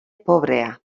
pobrea